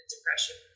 depression